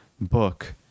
book